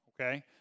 Okay